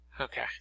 Okay